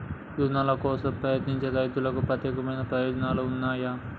రుణాల కోసం ప్రయత్నించే రైతులకు ప్రత్యేక ప్రయోజనాలు ఉన్నయా?